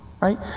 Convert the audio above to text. right